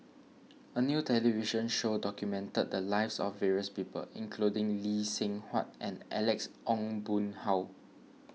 a new television show documented the lives of various people including Lee Seng Huat and Alex Ong Boon Hau